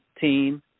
team